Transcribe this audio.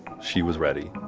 she was ready.